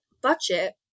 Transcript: budget